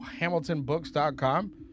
HamiltonBooks.com